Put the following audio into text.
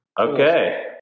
Okay